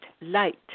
Light